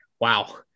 wow